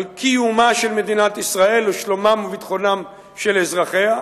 על קיומה של מדינת ישראל ועל שלומם וביטחונם של אזרחיה,